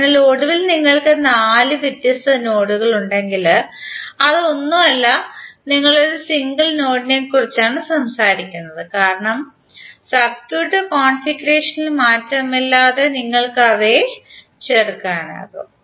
അതിനാൽ ഒടുവിൽ നിങ്ങൾക്ക് നാല് വ്യത്യസ്ത നോഡുകൾ ഉണ്ടെങ്കിൽ അത് ഒന്നുമല്ല നിങ്ങൾ ഒരു സിംഗിൾ നോഡിനെക്കുറിച്ചാണ് സംസാരിക്കുന്നത് കാരണം സർക്യൂട്ട് കോൺഫിഗറേഷനിൽ മാറ്റമില്ലാതെ നിങ്ങൾക് അവയെ ചേർക്കാൻ ആകും